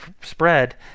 spread